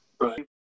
right